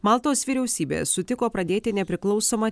maltos vyriausybė sutiko pradėti nepriklausomą